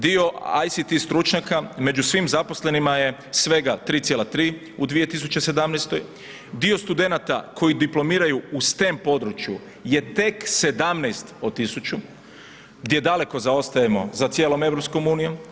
Dio ICT stručnjaka, među svim zaposlenima je svega 3,3 u 2017. dio studenata, koji diplomiraju u stem području je tek 17 od 1000, gdje daleko zaostajemo za cijelom EU.